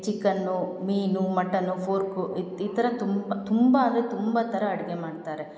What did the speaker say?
chicken ಮೀನು mutton pork ಈ ತ್ ಈ ಥರ ತುಂಬ ತುಂಬ ಅಂದರೆ ತುಂಬ ಥರ ಅಡುಗೆ ಮಾಡ್ತಾರೆ